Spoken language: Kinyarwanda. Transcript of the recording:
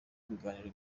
biganiro